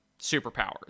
superpowers